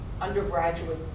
undergraduate